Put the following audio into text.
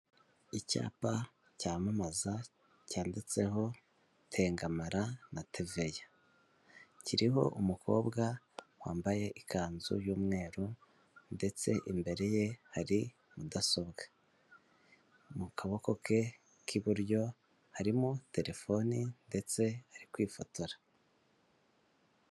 Icyapa cyamamaza cyanditseho tengamara na teveya, kiriho umukobwa wambaye ikanzu y'umweru ndetse imbere ye hari mudasobwa, mu kaboko ke k'iburyo harimo telefone ndetse ari kwifotora.